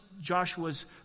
Joshua's